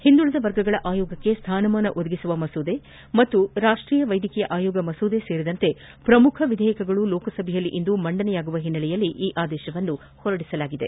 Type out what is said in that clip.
ಹಿಂದುಳಿದ ವರ್ಗಗಳ ಆಯೋಗಕ್ಕೆ ಸ್ಡಾನಮಾನ ಒದಗಿಸುವ ಮಸೂದೆ ಹಾಗೂ ರಾಷ್ಟೀಯ ವೈದ್ಯಕೀಯ ಆಯೋಗ ಮಸೂದೆ ಸೇರಿದಂತೆ ಪ್ರಮುಖ ವಿಧೇಯಕಗಳು ಲೋಕಸಭೆಯಲ್ಲಿಂದು ಮಂಡನೆಯಾಗುವ ಹಿನ್ನೆಲೆಯಲ್ಲಿ ಈ ಆದೇಶವನ್ನು ನೀಡಲಾಗಿದೆ